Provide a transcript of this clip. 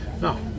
no